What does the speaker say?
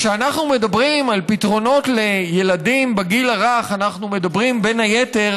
כשאנחנו מדברים על פתרונות לילדים בגיל הרך אנחנו מדברים בין היתר,